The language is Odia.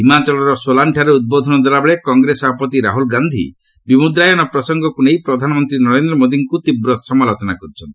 ହିମାଚଳର ସୋଲାନ୍ଠାରେ ଉଦ୍ବୋଧନ ଦେଲାବେଳେ କଂଗ୍ରେସ ସଭାପତି ରାହୁଲ ଗାନ୍ଧି ବିମୁଦ୍ରାୟନ ପ୍ରସଙ୍ଗକୁ ନେଇ ପ୍ରଧାନମନ୍ତ୍ରୀ ନରେନ୍ଦ୍ର ମୋଦିଙ୍କୁ ତୀବ୍ର ସମାଲୋଚନା କରିଛନ୍ତି